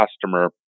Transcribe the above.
customer